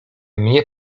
mnie